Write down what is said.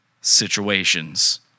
situations